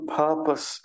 purpose